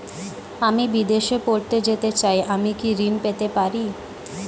আমি বিদেশে পড়তে যেতে চাই আমি কি ঋণ পেতে পারি?